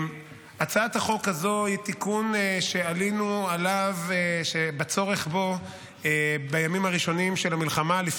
הצעת החוק הזו היא תיקון שעלינו על הצורך בו בימים הראשונים של המלחמה,